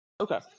okay